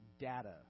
data